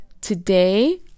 today